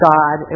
God